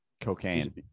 Cocaine